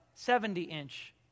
70-inch